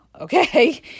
okay